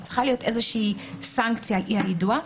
צריכה להיות איזושהי סנקציה על אי היידוע.